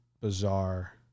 bizarre